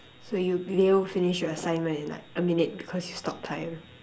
so you'll be able to finish your assignment in like a minute because you stop time